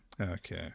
Okay